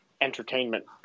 entertainment